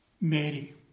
Mary